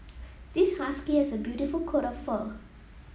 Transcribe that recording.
this husky has a beautiful coat of fur